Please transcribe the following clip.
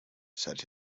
said